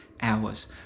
hours